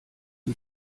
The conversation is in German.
die